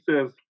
says